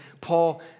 Paul